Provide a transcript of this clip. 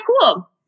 cool